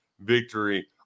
victory